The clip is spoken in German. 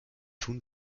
tun